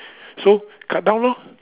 so cut down lor